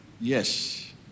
Yes